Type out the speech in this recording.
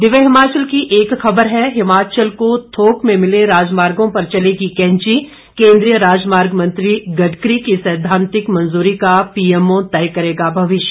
दिव्य हिमाचल की एक ख़बर है हिमाचल को थोक में मिले राजमार्गो पर चलेगी कैंची केंद्रीय राजमार्ग मंत्री गडकरी की सैद्धांतिक मंजूरी का पीएमओ तय करेगा भविष्य